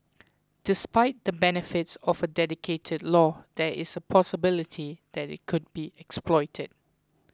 despite the benefits of a dedicated law there is a possibility that it could be exploited